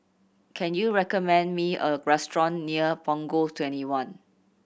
can you recommend me a restaurant near Punggol Twenty one